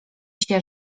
się